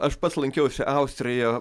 aš pats lankiausi austrijoje